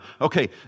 Okay